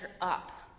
up